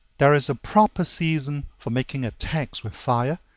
there is a proper season for making attacks with fire,